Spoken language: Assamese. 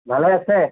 ভালে আছে